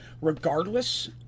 regardless